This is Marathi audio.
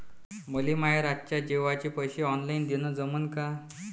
मले माये रातच्या जेवाचे पैसे ऑनलाईन देणं जमन का?